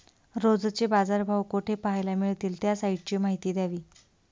रोजचे बाजारभाव कोठे पहायला मिळतील? त्या साईटची माहिती द्यावी